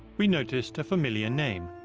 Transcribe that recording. we noticed a familiar name